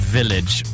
Village